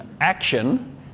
action